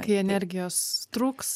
kai energijos trūks